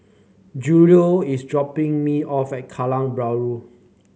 Julio is dropping me off at Kallang Bahru